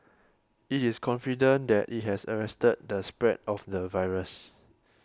it is confident that it has arrested the spread of the virus